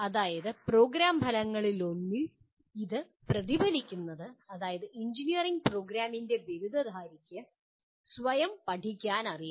ഇവിടെയാണ് പ്രോഗ്രാം ഫലങ്ങളിലൊന്നിൽ ഇത് പ്രതിഫലിക്കുന്നത് അതായത് എഞ്ചിനീയറിംഗ് പ്രോഗ്രാമിന്റെ ബിരുദധാരിക്ക് സ്വയം പഠിക്കാൻ അറിയണം